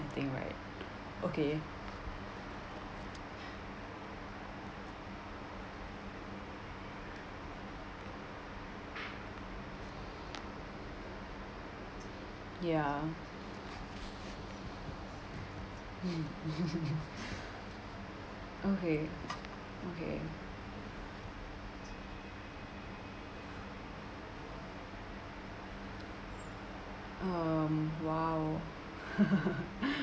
I think right okay ya okay okay mm !wow!